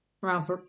ralph